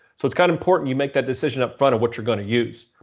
so it's kind of important you make that decision upfront of what you're going to use.